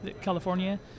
California